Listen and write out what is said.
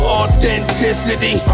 authenticity